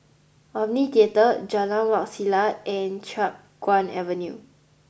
Omni Theatre Jalan Wak Selat and Chiap Guan Avenue